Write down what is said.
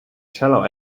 shallow